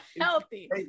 healthy